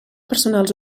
personals